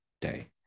day